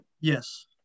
Yes